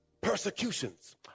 Persecutions